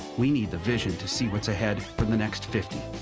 we need the vision to see what's ahead for the next fifty.